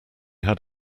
had